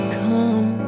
come